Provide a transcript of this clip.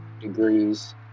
degrees